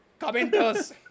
commenters